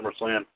SummerSlam